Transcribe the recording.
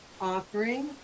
offering